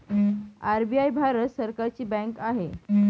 RBI Bharat सरकारची bank आहे